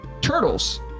turtles